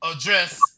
address